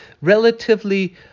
relatively